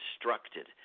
constructed